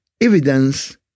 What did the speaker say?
evidence